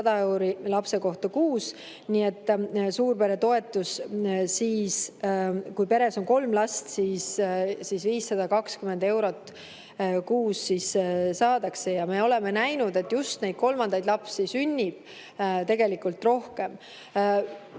100 eurot lapse kohta kuus. Nii et suurperetoetus, kui peres on kolm last, on 520 eurot kuus. Ja me oleme näinud, et just neid kolmandaid lapsi sünnib tegelikult rohkem.